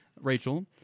Rachel